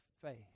faith